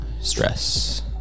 stress